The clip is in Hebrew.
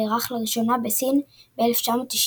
נערך לראשונה בסין ב-1991.